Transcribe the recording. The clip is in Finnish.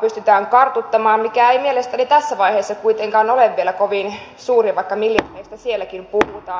pystytään kartuttamaan sen pääomaa mikä ei mielestäni tässä vaiheessa kuitenkaan ole vielä kovin suuri vaikka miljardeista sielläkin puhutaan